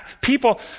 People